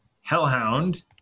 hellhound